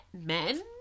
men